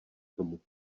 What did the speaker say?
tomu